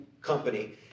Company